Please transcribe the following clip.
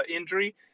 injury